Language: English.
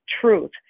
truth